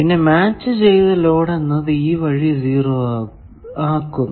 പിന്നെ മാച്ച് ചെയ്ത ലോഡ് എന്നത് ഈ വഴി 0 ആക്കുന്നു